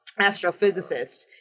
astrophysicist